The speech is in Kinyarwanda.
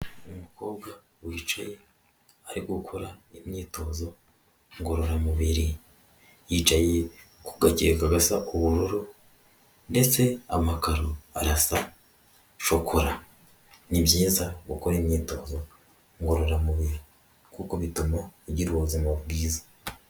Umukobwa wicaye ari gukora imyitozo ngororamubiri, yicaye ku gakeka gasa ubururu ndetse amakaro arasa shokora ni byiza gukora imyitozo ngororamubiri kuko bituma ugira ubuzima bwiza.